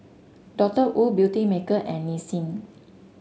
Doctor Wu Beautymaker and Nissin